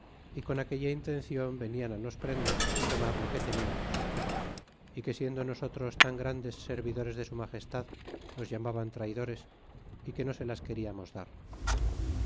y con aquella intencion venian á nos prender y tomar o que teníamos é que siendo nosotros tan grandes servidores de su magestad nos llamaban traydores é que no se las queríamos dar